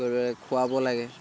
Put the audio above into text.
কি কৰিব লাগে খোৱাব লাগে